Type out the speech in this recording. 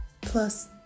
plus